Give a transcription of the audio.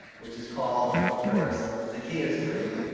which is called, of course, the zacchaeus tree,